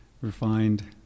refined